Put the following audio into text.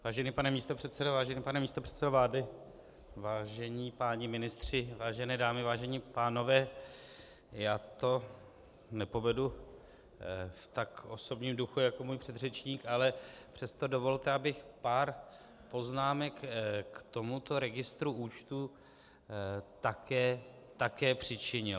Vážený pane místopředsedo, vážený pane místopředsedo vlády, vážení páni ministři, vážené dámy, vážení pánové, já to nepovedu v tak osobním duchu jako můj předřečník, ale přesto dovolte, abych pár poznámek k tomuto registru účtů také přičinil.